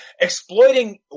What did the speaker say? exploiting